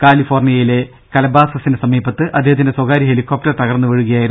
കാലിഫോർണിയയിലെ കലബാസസിന് സമീപത്ത് അദ്ദേഹത്തിന്റെ സ്വകാര്യ ഹെലികോപ്റ്റർ തകർന്ന് വീഴുകയായിരുന്നു